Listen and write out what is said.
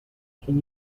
can